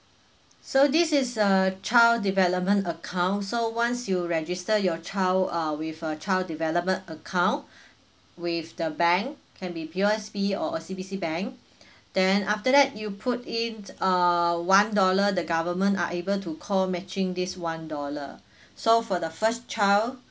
so this is err child development account so once you register your child uh with a child development account with the bank can be P_O_S_B or O_C_B_C bank then after that you put in err one dollar the government are able to co matching this one dollar so for the first child